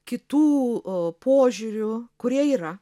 kitų požiūrių kurie yra